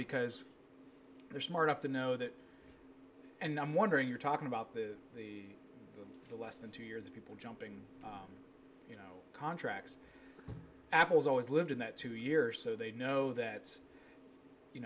because they're smart up to know that and i'm wondering you're talking about the the less than two years people jumping you know contract apple's always lived in that two years so they know that you